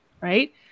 right